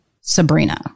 Sabrina